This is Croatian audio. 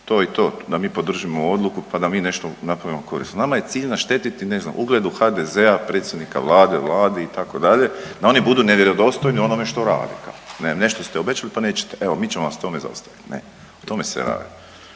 to i to, da mi podržimo Odluku pa da mi nešto napravimo korisno. Nama je cilj naštetiti, ne znam, ugledu HDZ-a, predsjednika Vlade, Vladi, itd., da oni budu nevjerodostojni onome što radimo, ne, nešto se obećali, pa nećete, evo mi ćemo vas u tome zaustaviti. E, o tome se radi.